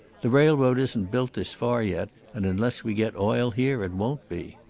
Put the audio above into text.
the railroad isn't built this far yet, and unless we get oil here it won't be.